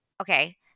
Okay